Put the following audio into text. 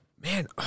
Man